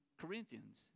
Corinthians